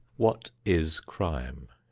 what is crime?